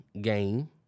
game